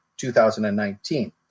2019